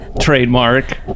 trademark